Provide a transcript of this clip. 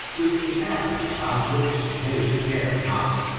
is a matter about which they care not.